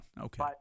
okay